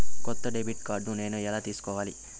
కొత్త debit card నేను ఎలా తీసుకోవాలి?